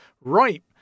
Right